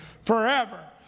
forever